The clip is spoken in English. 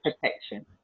protection